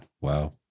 Wow